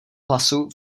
hlasu